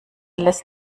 lässt